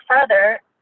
further